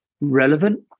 relevant